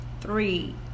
three